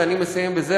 ואני מסיים בזה,